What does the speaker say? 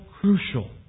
crucial